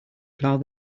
plough